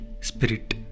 spirit